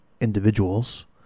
Individuals